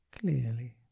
clearly